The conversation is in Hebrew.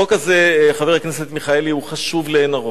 החוק הזה, חבר הכנסת מיכאלי, הוא חשוב לאין ערוך.